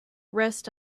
rest